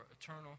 eternal